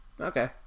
Okay